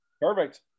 Perfect